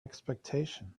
expectations